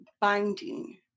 binding